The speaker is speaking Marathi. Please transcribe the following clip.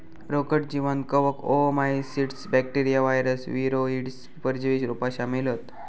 रोगट जीवांत कवक, ओओमाइसीट्स, बॅक्टेरिया, वायरस, वीरोइड, परजीवी रोपा शामिल हत